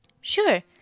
Sure